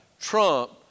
trump